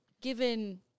given